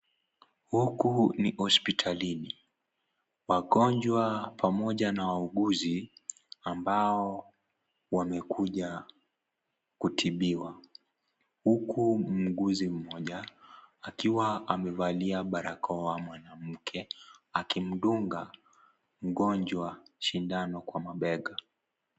Huku ni hospitalini wagonjwa pamoja na wauguzi ambao wamekuja kutibiwa, huku muuguzi mmoja akiwa amevalia barakoa mwanamke akimdunga mgonjwa sindano kwa mabega.